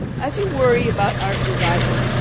as you worry about our survival,